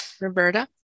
Roberta